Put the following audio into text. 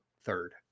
third